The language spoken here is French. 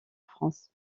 france